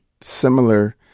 similar